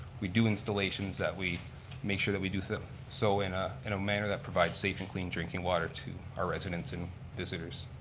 we do installations, that we make sure that we do so in a manner that provides safe and clean drinking water to our residents and visitors.